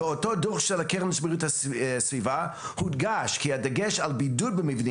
בדוח של קרן בריאות הסביבה הודגש כי הדגש על בידוד במבחנים